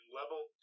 level